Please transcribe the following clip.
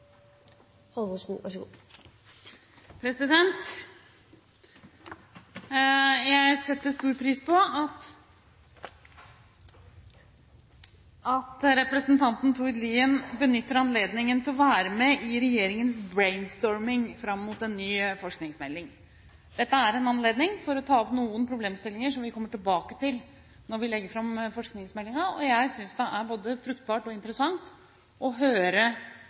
Jeg setter stor pris på at representanten Tord Lien benytter anledningen til å være med i regjeringens «brainstorming» fram mot en ny forskningsmelding. Dette er en anledning til å ta opp noen problemstillinger som vi kommer tilbake til når vi legger fram forskningsmeldingen, og jeg synes det er både fruktbart og interessant å høre